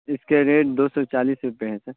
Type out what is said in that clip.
اس کے ریٹ دو سو چالیس روپے ہیں سر